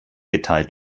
geteilt